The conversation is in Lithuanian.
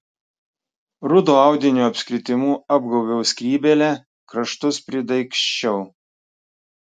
rudo audinio apskritimu apgaubiau skrybėlę kraštus pridaigsčiau